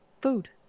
food